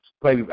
play